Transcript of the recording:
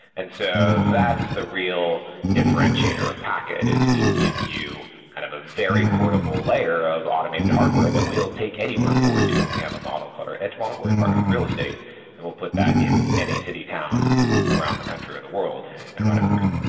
and so that's the real differentiator of packet, is we give you kind of a very portable layer of automated hardware that we'll take anywhere for you. we have a model called our edge model where we partner with a real estate and we'll put that in any city town around the country or the world and run it for you.